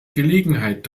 gelegenheit